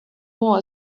war